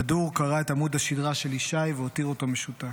וכדור קרע את עמוד השדרה של ישי והותיר אותו משותק.